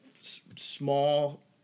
small